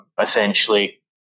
essentially